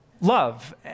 love